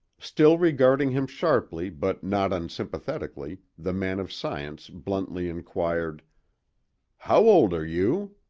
still regarding him sharply but not unsympathetically the man of science bluntly inquired how old are you?